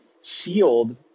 sealed